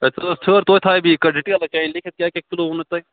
ٹھٲر ٹھٲر توتہِ تھاوے بہٕ یہِ ڈِٹیل چٲنۍ لیٚکھِتھ کیاہ کیاہ کِلوٗ ؤنو تۄہہِ